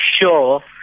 sure